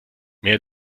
mehr